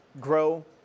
grow